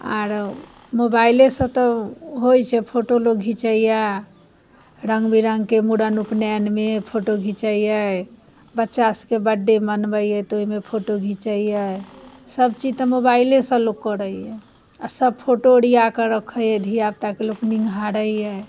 आओर मोबाइलेसँ तऽ होइ छै फोटो लोक घिचैए रङ्गबिरङ्गके मुड़न उपनैनमे फोटो घिचैए बच्चासबके बर्थडे मनबैए तऽ ओहिमे फोटो घिचैए सबचीज तऽ मोबाइलेसँ लोक करैए आओर सब फोटो ओरिआके रखैए धिआपुताके लोक निंघारैए